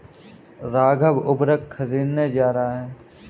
राघव उर्वरक खरीदने जा रहा है